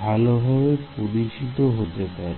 ভালোভাবে পরিচিত হয়ে যাও